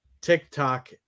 TikTok